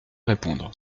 répondre